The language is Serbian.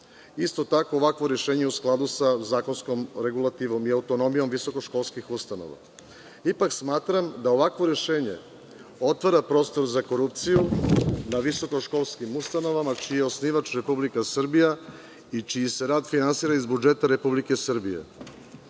Isto tako, ovakvo rešenje je u skladu sa zakonskom regulativom i autonomijom visokoškolskih ustanova. Ipak, smatram da ovakvo rešenje otvara prostor za korupciju na visokoškolskim ustanovama, čiji je osnivač Republika Srbija i čiji se rad finansira iz budžeta Republike Srbije.